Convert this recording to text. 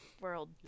world